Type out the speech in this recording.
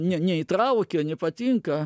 ne neįtraukia nepatinka